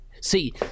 See